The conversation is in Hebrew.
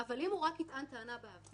אבל אם הוא רק יטען טענה באוויר,